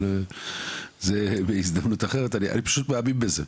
אני פשוט מאמין בזה.